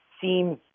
seems